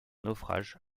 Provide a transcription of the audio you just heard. naufrage